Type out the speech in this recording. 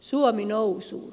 suomi nousuun